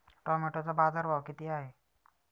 टोमॅटोचा बाजारभाव किती आहे?